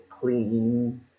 clean